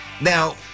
Now